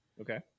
Okay